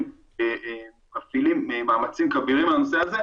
אנחנו מפעילים מאמצים כבירים לנושא הזה.